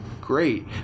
great